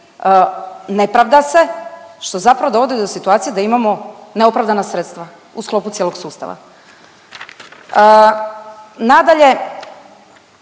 ne pravda se, što zapravo dovodi do situacije da imamo neopravdana sredstva u sklopu cijelog sustava. Nadalje,